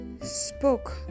spoke